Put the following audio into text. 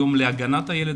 יום להגנת הילד,